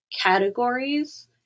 categories